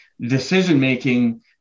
decision-making